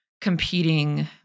competing